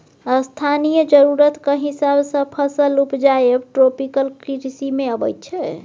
स्थानीय जरुरतक हिसाब सँ फसल उपजाएब ट्रोपिकल कृषि मे अबैत छै